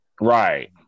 Right